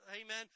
amen